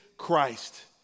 Christ